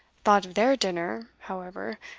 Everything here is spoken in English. thought of their dinner, however,